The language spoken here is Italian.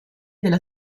della